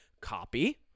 copy